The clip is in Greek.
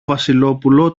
βασιλόπουλο